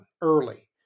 early